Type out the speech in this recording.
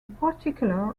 particular